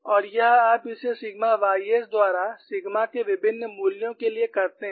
और यह आप इसे सिग्मा ys द्वारा सिग्मा के विभिन्न मूल्यों के लिए करते हैं